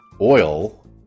oil